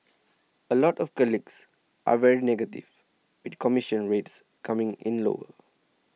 a lot of colleagues are very negative with commission rates coming in lower